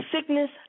Sickness